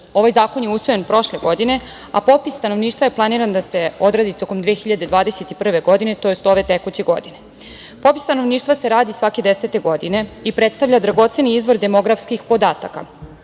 Ovaj zakon je usvojen prošle godine, a popis stanovništva je planiran da se odradi tokom 2021. godine, to jest ove tekuće godine. Popis stanovništva se radi svake desete godine i predstavlja dragoceni izvor demografskih podataka,